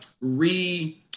re-